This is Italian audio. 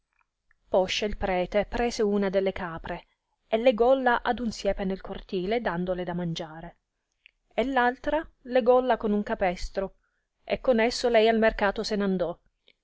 poscia il prete prese una de le capre e legolla ad un siepe nel cortile dandole da mangiare e l'altra legolla con un capestro e con esso lei al mercato se n'andò